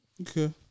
Okay